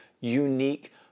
unique